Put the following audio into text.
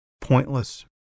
pointless